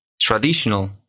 traditional